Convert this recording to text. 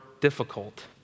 difficult